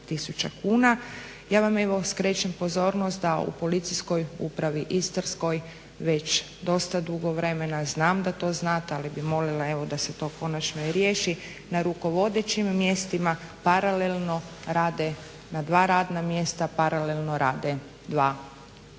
Ja vam evo skrećem pozornost da u Policijskoj upravi Istarskoj već dosta dugo vremena znam da to znate ali bih molila da se to konačno i riješi na rukovodećim mjestima paralelno rade na dva radna mjesta, paralelno rade dva